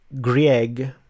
Grieg